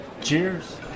Cheers